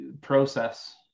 process